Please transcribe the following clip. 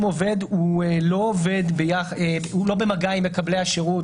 אם עובד הוא לא במגע עם מקבלי השירות,